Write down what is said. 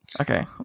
Okay